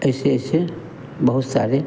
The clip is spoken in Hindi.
ऐसे ऐसे बहुत सारे